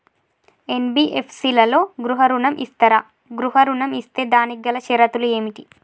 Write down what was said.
NBFC లలో గృహ ఋణం ఇస్తరా? గృహ ఋణం ఇస్తే దానికి గల షరతులు ఏమిటి?